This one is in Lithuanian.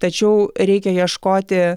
tačiau reikia ieškoti